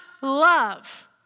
love